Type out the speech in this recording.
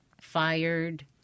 fired